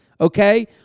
Okay